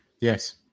Yes